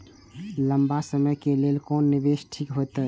लंबा समय के लेल कोन निवेश ठीक होते?